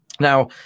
Now